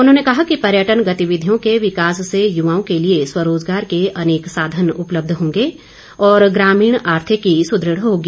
उन्होंने कहा कि पर्यटन गतिविधियों के विकास से युवाओं के लिए स्वरोजगार के अनेक साधन उपलब्ध होंगे और ग्रामीण आर्थिकी सुदृढ़ होगी